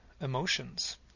emotions